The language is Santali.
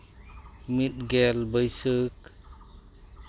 ᱢᱤᱫ ᱜᱮᱞ ᱵᱟᱹᱭᱥᱟᱹᱠᱷ